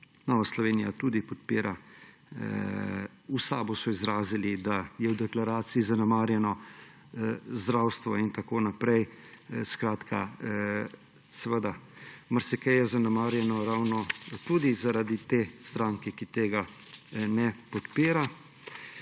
Nova Slovenija tudi podpira. V SAB so izrazili, da je v deklaraciji zanemarjeno zdravstvo in tako naprej. Seveda, marsikaj je zanemarjeno tudi zaradi te stranke, ki tega ne podpira,